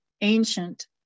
ancient